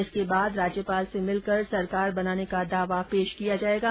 इसके बाद राज्यपाल से मिलकर सरकार बनाने का दावा पेश किया जायेगा